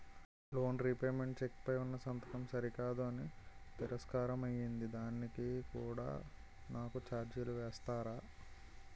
Loan repayment cheque పై ఉన్నా సంతకం సరికాదు అని తిరస్కారం అయ్యింది దానికి కూడా నాకు ఛార్జీలు వేస్తారా?